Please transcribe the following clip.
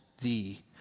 thee